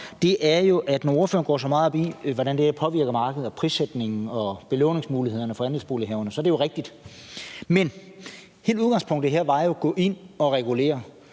sige, er jo, at når ordføreren går så meget op i, at det her påvirker markedet og prissætningen og belåningsmulighederne for andelsbolighaverne, så er det jo rigtigt. Men hele udgangspunktet var jo at gå ind at regulere